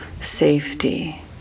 safety